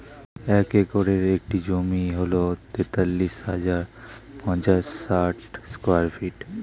এক একরের একটি জমি হল তেতাল্লিশ হাজার পাঁচশ ষাট স্কয়ার ফিট